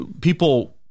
people